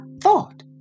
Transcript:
thought